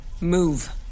move